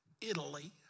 Italy